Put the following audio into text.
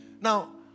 Now